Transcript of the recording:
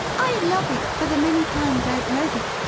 i love it for the many times i have heard it,